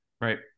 right